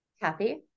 Kathy